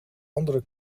andere